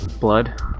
blood